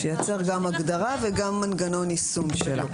שייצר גם הגדרה וגם מנגנון יישום שלה.